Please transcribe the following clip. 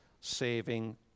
saving